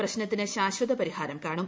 പ്രശ്നത്തിന് ശാശ്വതപരിഹാരം കാണും